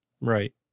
Right